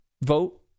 vote